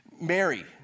Mary